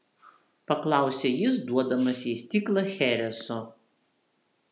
paklausė jis duodamas jai stiklą chereso